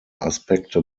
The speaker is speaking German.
aspekte